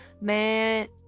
man